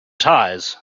ties